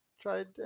tried